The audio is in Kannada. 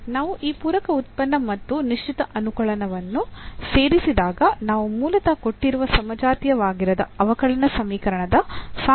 ನಾವು ಈ ಪೂರಕ ಉತ್ಪನ್ನ ಮತ್ತು ನಿಶ್ಚಿತ ಅನುಕಲನವನ್ನು ಸೇರಿಸಿದಾಗ ನಾವು ಮೂಲತಃ ಕೊಟ್ಟಿರುವ ಸಮಜಾತೀಯವಾಗಿರದ ಅವಕಲನ ಸಮೀಕರಣದ ಸಾಮಾನ್ಯ ಪರಿಹಾರವನ್ನು ಪಡೆಯುತ್ತೇವೆ